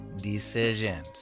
decisions